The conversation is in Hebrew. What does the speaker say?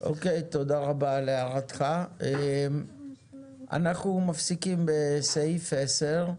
אוקי תודה רבה על הערתך, אנחנו מפסיקים בסעיף 10,